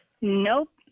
Nope